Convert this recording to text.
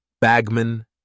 Bagman